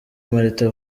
martin